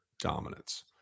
dominance